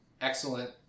excellent